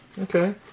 Okay